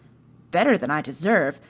better than i deserve,